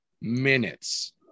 minutes